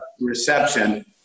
reception